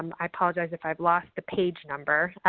i apologize if i've lost the page number.